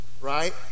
right